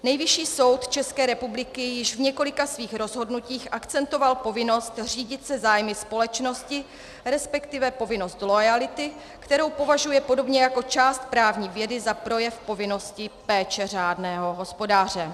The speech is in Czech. Nejvyšší soud České republiky již v několika svých rozhodnutích akcentoval povinnost řídit se zájmy společnosti, resp. povinnost loajality, kterou považuje podobně jako část právní vědy za projev povinnosti péče řádného hospodáře.